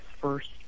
first